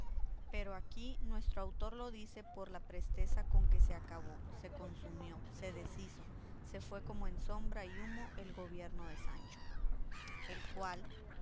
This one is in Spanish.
pero aquí nuestro autor lo dice por la presteza con que se acabó se consumió se deshizo se fue como en sombra y humo el gobierno de sancho el cual